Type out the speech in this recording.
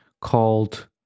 called